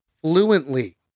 fluently